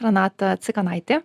renata cikanaitė